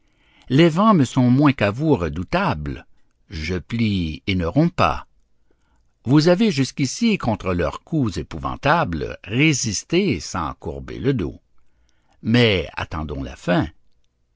les vents me sont moins qu'à vous redoutables je plie et ne romps pas vous avez jusqu'ici contre leurs coups épouvantables résisté sans courber le dos mais attendons la fin